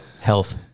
health